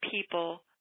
people